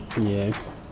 Yes